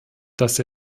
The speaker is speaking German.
dass